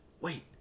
wait